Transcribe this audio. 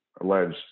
alleged